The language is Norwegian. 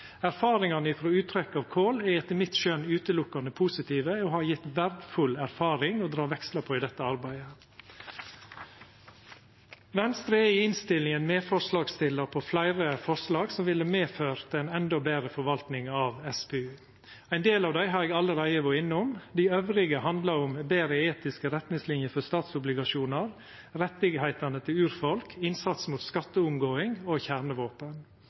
Erfaringane frå uttrekk av kol er etter mitt skjøn utelukkande positive og har gjeve verdfull erfaring å dra vekslar på i dette arbeidet. Venstre er i innstillinga medforslagsstillar på fleire forslag som ville medført ei endå betre forvalting av SPU. Ein del av dei har eg allereie vore innom. Dei andre handlar om betre etiske retningslinjer for statsobligasjonar, urfolks rettar, innsats mot skatteunngåing og kjernevåpen.